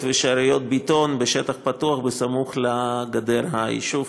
ושאריות בטון בשטח פתוח סמוך לגדר היישוב,